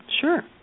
Sure